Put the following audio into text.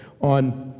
on